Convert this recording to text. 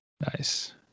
Nice